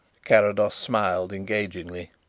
carrados smiled engagingly.